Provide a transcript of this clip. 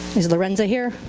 is larenza here?